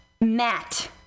Matt